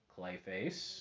Clayface